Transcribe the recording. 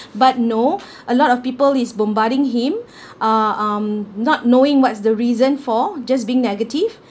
but no a lot of people is bombarding him uh um not knowing what's the reason for just being negative